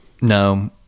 No